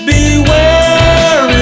Beware